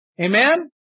Amen